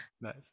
nice